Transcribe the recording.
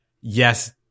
yes